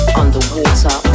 underwater